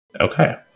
Okay